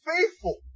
faithful